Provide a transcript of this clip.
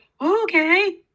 okay